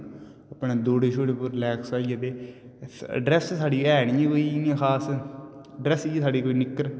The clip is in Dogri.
अपने दौडै़ शौडै़ पूरे रीलेक्स ड्रेस साढ़ी है नेई ऐ इन्नी कोई खास ड्रैस इये साढ़ी कोई निक्कर